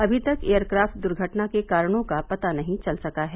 अभी तक एयरक्राफ्ट दुर्घटना के कारणों का पता नहीं चल सका है